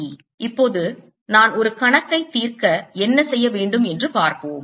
இப்போது நான் ஒரு கணக்கை தீர்க்க என்ன செய்ய வேண்டும் என்று பார்ப்போம்